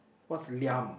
what's Liam